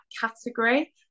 category